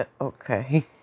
okay